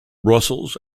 brussels